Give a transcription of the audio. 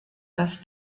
das